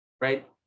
right